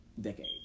decade